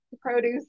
produce